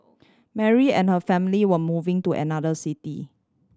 Mary and her family were moving to another city